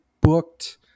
booked